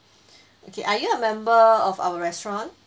okay are you a member of our restaurant